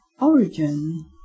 origin